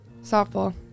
Softball